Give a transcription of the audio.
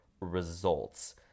results